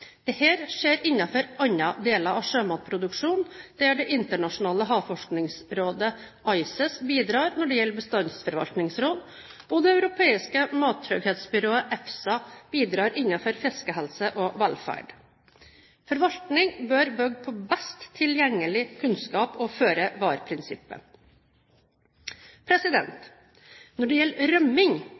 skjer innenfor andre deler av sjømatproduksjonen, der det internasjonale havforskningsrådet ICES bidrar når det gjelder bestandsforvaltningsråd, og det europeiske mattrygghetsbyrået EFSA bidrar innenfor fiskehelse og fiskevelferd. Forvaltning bør bygge på best tilgjengelig kunnskap og føre-var-prinsippet. Når det gjelder rømming,